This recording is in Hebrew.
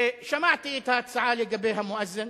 שמעתי את ההצעה לגבי המואזין,